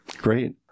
Great